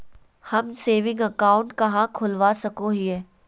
हम saving account कहाँ खोलवा सको हियै?